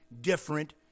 different